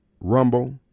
Rumble